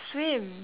swim